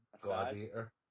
gladiator